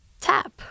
Tap